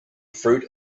fruit